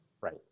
right